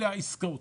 כשהעסקאות